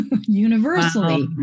universally